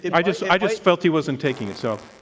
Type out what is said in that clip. it i just i just felt he wasn't taking it, so.